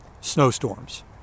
snowstorms